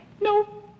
No